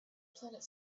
planet